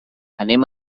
anem